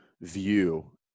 view